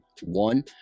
one